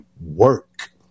work